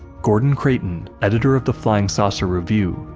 gordon creighton, editor of the flying saucer review,